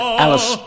Alice